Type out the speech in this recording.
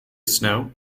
snow